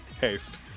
Haste